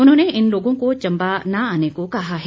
उन्होंने इन लोगों को चम्बा न आने को कहा है